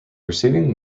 receiving